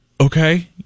Okay